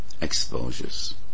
exposures